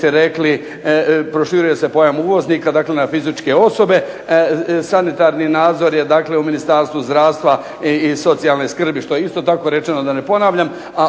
su prethodnici rekli, proširuje se pojam uvoznika na fizičke osobe. Sanitarni nadzor je u Ministarstvu zdravstva i socijalne skrbi, što je isto tako rečeno, da ne ponavljam.